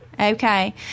Okay